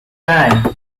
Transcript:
time